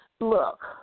Look